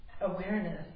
awareness